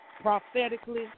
prophetically